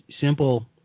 simple